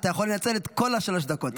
אתה יכול לנצל את כל השלוש דקות.